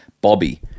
bobby